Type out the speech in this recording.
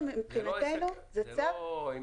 מבחינתנו זה צו --- זה לא עם